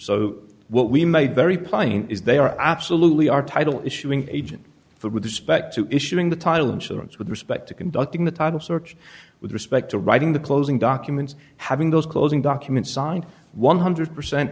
so what we made very plain is they are absolutely our title issuing agent for with respect to issuing the title insurance with respect to conducting the title search with respect to writing the closing documents having those closing documents signed one hundred percent